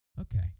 okay